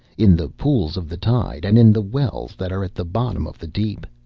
in the pools of the tide and in the wells that are at the bottom of the deep.